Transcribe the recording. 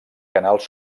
canals